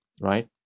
right